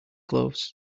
gloves